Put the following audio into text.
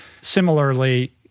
similarly